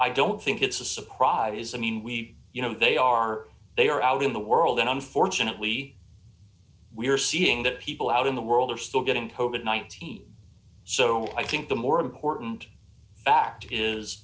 i don't think it's a surprise i mean we you know they are they are out in the world and unfortunately we're seeing that people out in the world are still getting poked at nineteen so i think the more important fact is